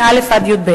מא' עד י"ב,